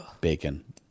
bacon